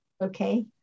Okay